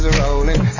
rolling